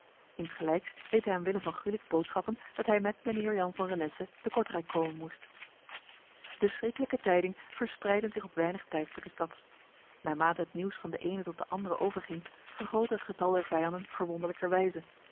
insgelijks deed hij aan willem van gulik boodschappen dat hij met mijnheer jan van renesse te kortrijk komen moest de schriklijke tijding verspreidde zich op weinig tijds door de stad naarmate het nieuws van de ene tot de andere overging vergrootte het getal der vijanden verwonderlijker